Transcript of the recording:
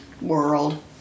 world